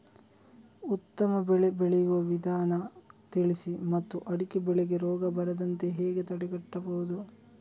ಉತ್ತಮ ಬೆಳೆ ಬೆಳೆಯುವ ವಿಧಾನ ತಿಳಿಸಿ ಮತ್ತು ಅಡಿಕೆ ಬೆಳೆಗೆ ರೋಗ ಬರದಂತೆ ಹೇಗೆ ತಡೆಗಟ್ಟಬಹುದು?